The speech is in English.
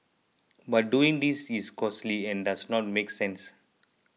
but doing this is costly and does not make sense